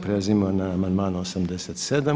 Prelazimo na amandman 87.